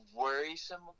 worrisome